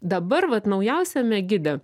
dabar vat naujausiame gide